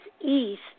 East